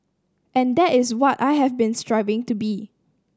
and that is what I have been striving to be